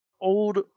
old